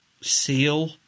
seal